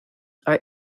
are